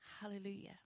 Hallelujah